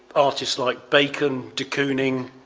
artists like bacon de kooning,